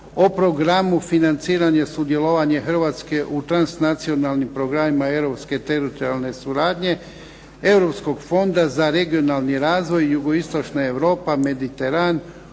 o Programu financiranja sudjelovanja Hrvatske u transnacionalnim programima europske teritorijalne suradnje, Europskog fonda za regionalni razvoj "Jugoistočna europa" i "Mediteran",